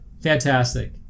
fantastic